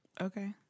Okay